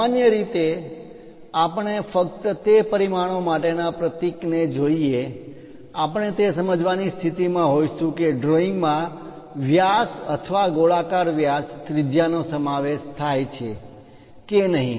સામાન્ય રીતે આપણે ફક્ત તે પરિમાણો માટેના પ્રતીકને જોઈને આપણે તે સમજવાની સ્થિતિમાં હોઈશું કે ડ્રોઈંગ માં વ્યાસ અથવા ગોળાકાર વ્યાસ ત્રિજ્યા નો સમાવેશ થાય છે કે નહીં